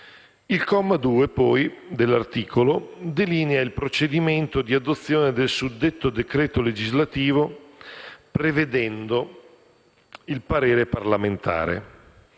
Il comma 2 dell'articolo, poi, delinea il procedimento di adozione del suddetto decreto legislativo, prevedendo il parere parlamentare.